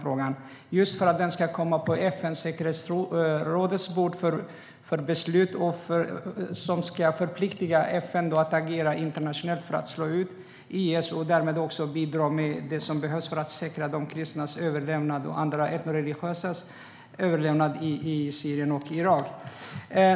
Vi vill att den ska komma upp på bordet i FN:s säkerhetsråd för beslut som förpliktar FN att agera internationellt för att slå ut IS och därmed också bidra med det som behövs för att säkra kristnas och andra etnoreligiösa gruppers överlevnad i Syrien och Irak.